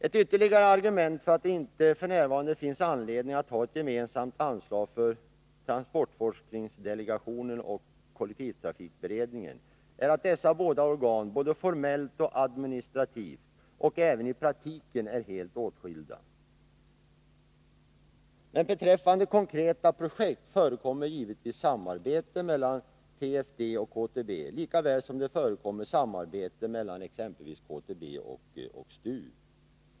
Ett ytterligare argument för att det inte f. n. finns anledning att ha ett gemensamt anslag för transportforskningsdelegationen och kollektivtrafikberedningen är att dessa båda organ, både formellt och administrativt och även i praktiken, är helt åtskilda. Men beträffande konkreta projekt förekommer givetvis samarbete mellan TFD och KTB, lika väl som det förekommer samarbete mellan exempelvis KTB och STU.